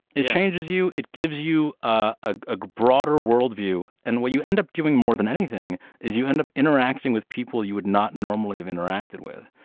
it changes you. it gives you a broader worldview and what you end up doing more than anything is you end up interacting with people you would not normally have interacted with.